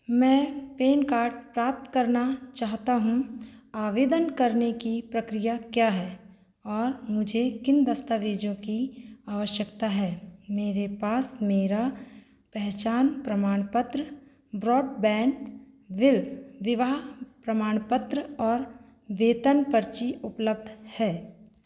मैं PAN card प्राप्त करना चाहता हूँ आवेदन करने की प्रक्रियाएँ क्या हैं और मुझे किन दस्तावेज़ों की आवश्यकता है मेरे पास मेरा पहचान प्रमाण पत्र ब्रॉडबैंड बिल विवाह प्रमाणपत्र और वेतन पर्ची उपलब्ध है